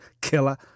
killer